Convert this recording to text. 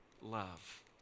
love